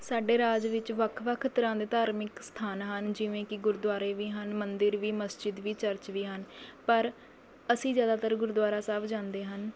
ਸਾਡੇ ਰਾਜ ਵਿੱਚ ਵੱਖ ਵੱਖ ਤਰ੍ਹਾਂ ਦੇ ਧਾਰਮਿਕ ਅਸਥਾਨ ਹਨ ਜਿਵੇਂ ਕਿ ਗੁਰਦੁਆਰੇ ਵੀ ਹਨ ਮੰਦਰ ਵੀ ਮਸਜਿਦ ਵੀ ਚਰਚ ਵੀ ਹਨ ਪਰ ਅਸੀਂ ਜ਼ਿਆਦਾਤਰ ਗੁਰਦੁਆਰਾ ਸਾਹਿਬ ਜਾਂਦੇ ਹਨ